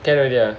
can already ah